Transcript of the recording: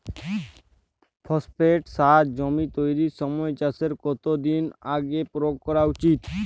Phosphate সার জমি তৈরির সময় চাষের কত দিন আগে প্রয়োগ করা উচিৎ?